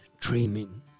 dreaming